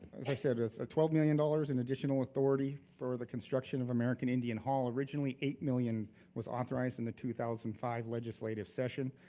as i said, with twelve million dollars in additional authority for the construction of american indian hall. originally eight million was authorized in the two thousand and five legislative session.